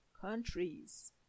countries